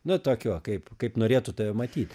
nu tokiu kaip kaip norėtų tave matyt